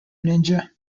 ninja